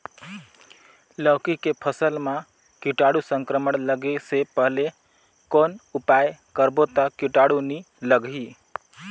लौकी के फसल मां कीटाणु संक्रमण लगे से पहले कौन उपाय करबो ता कीटाणु नी लगही?